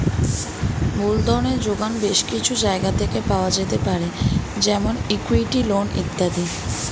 মূলধনের জোগান বেশ কিছু জায়গা থেকে পাওয়া যেতে পারে যেমন ইক্যুইটি, লোন ইত্যাদি